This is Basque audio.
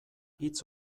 hitz